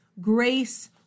grace